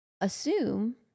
assume